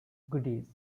goodies